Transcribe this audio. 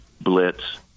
blitz